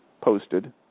posted